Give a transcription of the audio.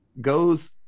goes